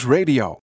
Radio